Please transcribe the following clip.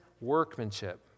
workmanship